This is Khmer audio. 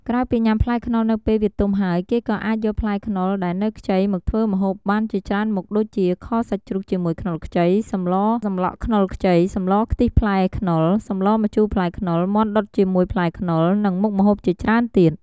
ក្រៅពីញាំផ្លែខ្នុរនៅពេលវាទុំហើយ គេក៏អាចយកផ្លែខ្នុរដែលនៅខ្ចី មកធ្វើម្ហូបបានជាច្រើនមុខដូចជា ខសាច់ជ្រូកជាមួយខ្នុរខ្ចី សម្លសម្លក់ខ្នុរខ្ចី សម្លខ្លិះផ្លែរខ្នុរ សម្លម្ជូរផ្លែរខ្នុរ មាត់ដុតជាមួយផ្លែខ្នុរ និងមុខម្ហូបជាច្រើនទៀត។